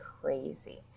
crazy